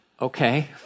okay